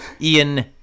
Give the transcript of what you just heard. Ian